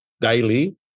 daily